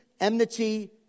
enmity